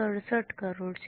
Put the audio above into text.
67 કરોડ છે